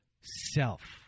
self